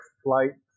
flight